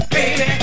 Baby